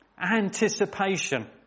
Anticipation